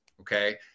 okay